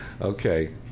Okay